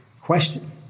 question